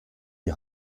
die